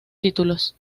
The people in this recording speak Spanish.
títulos